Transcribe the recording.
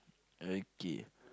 okay